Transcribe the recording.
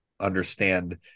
understand